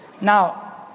Now